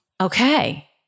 okay